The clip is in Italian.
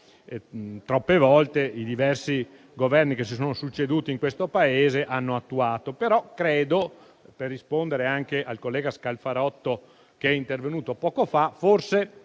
troppe volte i diversi Governi che si sono succeduti in questo Paese hanno attuato. Per rispondere anche al collega Scalfarotto che è intervenuto poco fa, però,